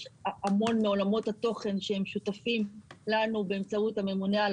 המון מעולמות התוכן שהם שותפים לנו באמצעות הממונה על